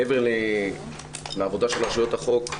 מעבר לעבודה של רשויות החוק,